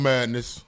Madness